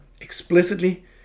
explicitly